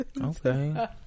okay